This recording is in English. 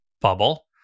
bubble